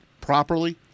properly